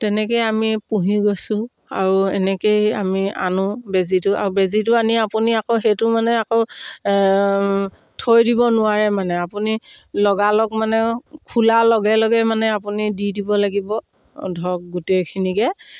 তেনেকেই আমি পুহি গৈছোঁ আৰু এনেকেই আমি আনো বেজীটো আৰু বেজীটো আনি আপুনি আকৌ সেইটো মানে আকৌ থৈ দিব নোৱাৰে মানে আপুনি লগালগ মানে খোলা লগে লগে মানে আপুনি দি দিব লাগিব ধৰক গোটেইখিনিকে